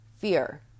fear